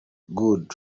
good